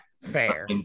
Fair